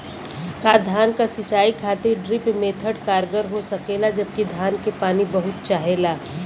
का धान क सिंचाई खातिर ड्रिप मेथड कारगर हो सकेला जबकि धान के पानी बहुत चाहेला?